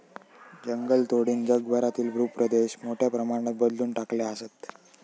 जंगलतोडीनं जगभरातील भूप्रदेश मोठ्या प्रमाणात बदलवून टाकले आसत